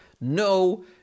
No